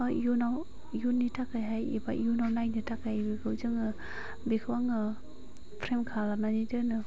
इयुनाव इयुननि थाखायहाय एबा इयुनाव नायनो थाखाय बेखौ जोङो बेखौ आङो फ्रेम खालामनानै दोनो